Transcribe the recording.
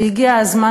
והגיע הזמן,